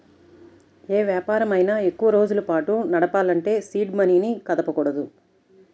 యే వ్యాపారమైనా ఎక్కువరోజుల పాటు నడపాలంటే సీడ్ మనీని కదపకూడదు